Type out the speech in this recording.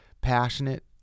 passionate